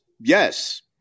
Yes